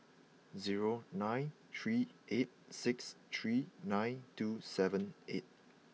zero nine three eight six three nine two seven eight